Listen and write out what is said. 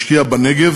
משקיע בנגב